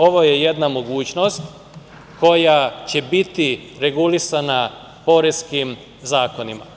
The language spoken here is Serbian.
Ovo je jedna mogućnost koja će biti regulisana poreskim zakonima.